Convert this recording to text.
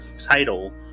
title